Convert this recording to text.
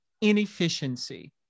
inefficiency